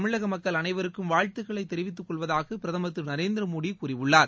தமிழக மக்கள் அனைவருக்கும் வாழ்த்துகளை தெரிவித்துக் கொள்வதாக பிரதமர் திரு நரேந்திரமோடி கூறியுள்ளார்